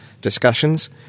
discussions